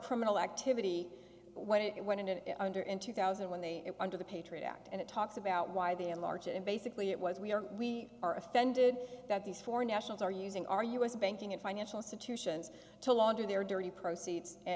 criminal activity when it went in under in two thousand when they under the patriot act and it talks about why they enlarge it and basically it was we are we are offended that these foreign nationals are using our u s banking and financial institutions to launder their dirty proceeds and